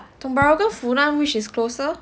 tiong bahru 跟 funan which is closer